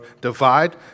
divide